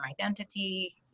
identity